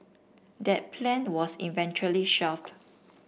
that plan was eventually shelved